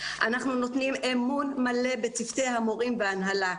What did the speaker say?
נותנים אמון מלא בצוותי המורים וההנהלה.